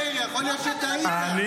מאיר, יכול להיות שטעית, גם אתה בן אדם.